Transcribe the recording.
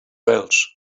welch